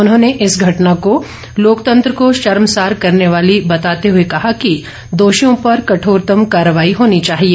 उन्होंने इस घटना को लोकतंत्र को शर्मसार करने वाली बताते हुए कहा कि दोषियों पर कठोरतम कार्रवाई होनी चाहिए